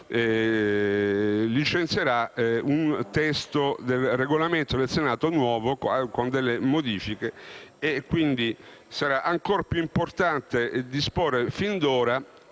licenzierà un nuovo testo del Regolamento del Senato con delle modifiche e quindi sarà ancora più importante disporre fin da ora